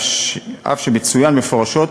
אף שמצוין מפורשות,